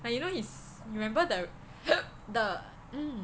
but you know his you remember the the